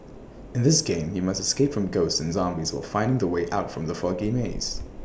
in this game you must escape from ghosts and zombies while finding the way out from the foggy maze